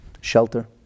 shelter